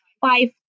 five